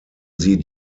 sie